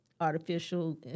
artificial